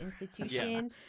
institution